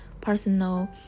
personal